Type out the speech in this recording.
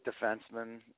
defenseman